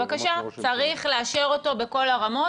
בבקשה, צריך לאשר אותו בכל הרמות.